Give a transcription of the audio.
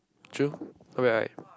true no bad right